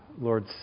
Lord